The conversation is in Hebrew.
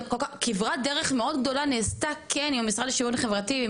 כברת דרך כבר נעשתה עם המשרד לשוויון חברתי ועם